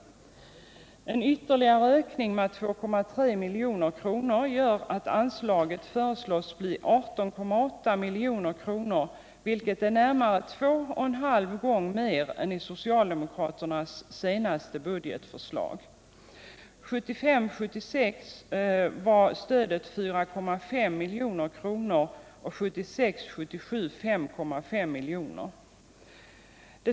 En ytterligare ökning med 2,3 milj.kr. gör att anslaget föreslås bli 18,8 milj.kr., vilket är närmare 2,5 gånger mer än i socialdemokraternas senaste budgetförslag. 1975 77 var det 5,5 milj.kr.